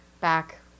back